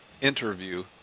interview